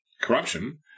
corruption